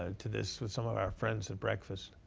ah to this with some of our friends at breakfast.